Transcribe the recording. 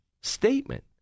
statement